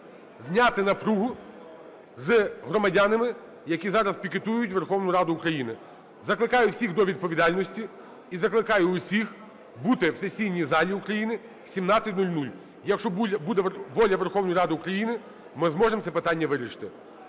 зняти напругу з громадянами, які зараз пікетують Верховну Раду України. Закликаю всіх до відповідальності і закликаю всіх бути в сесійній залі України в 17:00. Якщо буде воля Верховної Ради України, ми зможемо це питання вирішити.